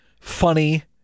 funny